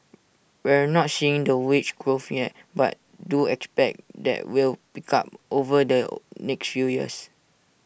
we're not seeing the wage growth yet but do expect that will pick up over the next few years